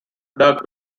dark